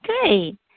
Great